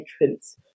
entrance